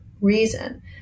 reason